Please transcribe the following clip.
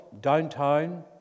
downtown